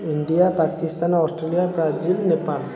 India Pakistan Australia Brazil Nepal